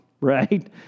right